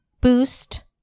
boost